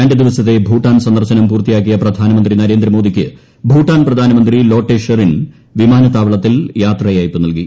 രണ്ട് ദിവസത്തെ ഭൂട്ടാൻ സന്ദർശനം പൂർത്തീയ്ടുക്കിയ പ്രധാനമന്ത്രി നരേന്ദ്രമോദിക്ക് ഭൂട്ടാൻ പ്രധാനമന്ത്രി ല്ലേറ്റട്ട് ക്ഷറിൻ വിമാനത്താവളത്തിൽ യാത്ര അയപ്പ് നൽകി